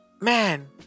man